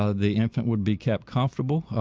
ah the infant would be kept comfortable,